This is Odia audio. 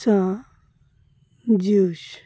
ଚାକ୍ଷୁଷ